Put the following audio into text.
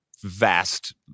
vast